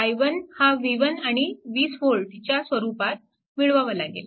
i1 हा v1 आणि 20V च्या स्वरूपात मिळवावा लागेल